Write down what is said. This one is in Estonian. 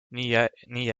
nii